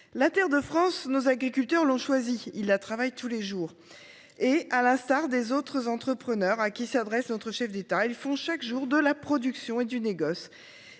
la terre de France nos agriculteurs l'ont choisi, il la travaille tous les jours et à l'instar des autres entrepreneurs à qui s'adresse notre chef d'État. Ils font chaque jour de la production et du négoce.